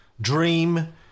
dream